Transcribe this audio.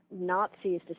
Nazis